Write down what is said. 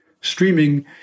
streaming